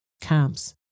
camps